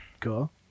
cool